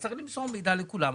אז צריך למסור מידע לכולם.